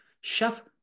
Chef